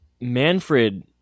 Manfred